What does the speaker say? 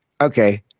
Okay